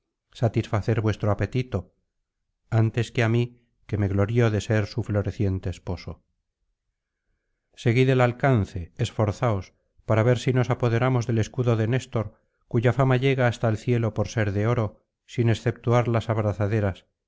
satisfacer vuestro apetito antes que á mí que me glorío de ser su floreciente esposo seguid el alcance esforzaos para ver si nos apoderamos del escudo de néstor cuya fama llega hasta el cielo por ser de oro sin exceptuar las abrazaderas